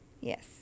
yes